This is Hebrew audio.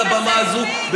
על הבמה הזאת,